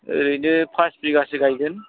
ओरैनो पास बिघासो गायगोन